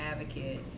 advocate